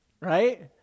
Right